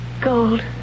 Gold